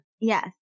yes